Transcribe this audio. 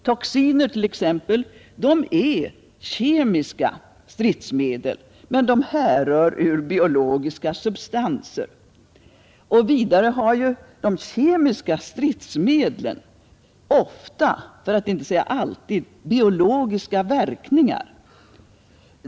Toxiner t.ex. är kemiska stridsmedel, men de härrör ur biologiska substanser, Vidare har de kemiska stridsmedlen ofta, för att inte säga alltid, biologiska verkningar.